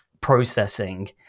processing